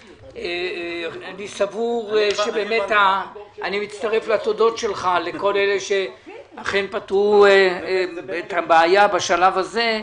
אני מצטרף לתודות שלך לכל אלה שאכן פתרו את הבעיה בשלב הזה,